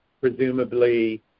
presumably